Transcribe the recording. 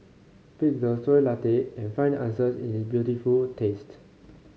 pick the Soy Latte and find the answers in its beautiful taste